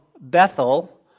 Bethel